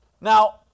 Now